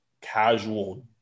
casual